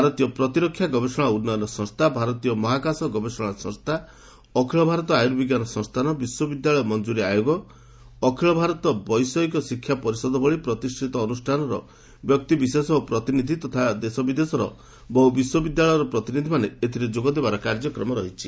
ଭାରତୀୟ ପ୍ରତିରକ୍ଷା ଗବେଷଣା ଉନ୍ନୟନ ସଂସ୍ଥା ଭାରତୀୟ ମହାକାଶ ଗବେଷଣା ସଂସ୍ଥା ଅଖିଳ ଭାରତ ଆୟୁର୍ବିଜ୍ଞାନ ସଂସ୍ଥାନ ବିଶ୍ୱବିଦ୍ୟାଳୟ ମଂକୁରୀ ଆୟୋଗ ଅଖିଳ ଭାରତ ବୈଷୟିକ ଶିକ୍ଷା ପରିଷଦ ଭଳି ପ୍ରତିଷ୍ଠିତ ଅନୁଷ୍ଠାନର ବ୍ୟକ୍ତିବିଶେଷ ଓ ପ୍ରତିନିଧି ତଥା ଦେଶବିଦେଶର ବହୁ ବିଶ୍ୱବିଦ୍ୟାଳୟର ପ୍ରତିନିଧିମାନେ ଏଥିରେ ଯୋଗଦେବାର କାର୍ଯ୍ୟକ୍ରମ ରହିଛି